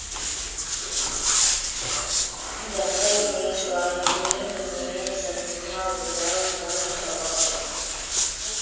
जंगल में गार्डनिंग में जमीनवा उपजाऊ बन रहा हई